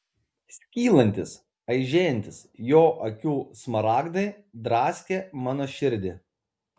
skylantys aižėjantys jo akių smaragdai draskė mano širdį